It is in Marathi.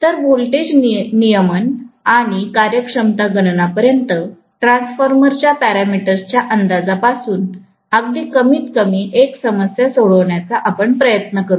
तर व्होल्टेज नियमन आणि कार्यक्षमता गणना पर्यंत ट्रान्सफॉर्मरच्या पॅरामीटरच्या अंदाजा पासून अगदी कमीत कमी एक समस्या सोडवण्याचा आपण प्रयत्न करूया